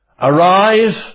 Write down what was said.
Arise